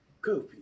Copy